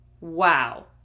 Wow